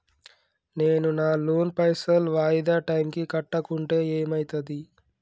నేను నా లోన్ పైసల్ వాయిదా టైం కి కట్టకుంటే ఏమైతది?